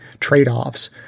trade-offs